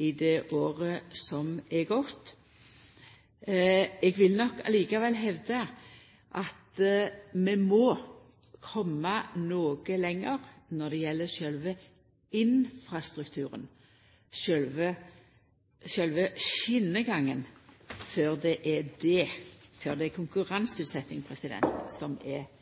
i det året som er gått. Eg vil nok likevel hevda at vi må koma noko lenger når det gjeld sjølve infrastrukturen, sjølve skjenegangen, før det er konkurranseutsetjing som er